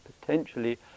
potentially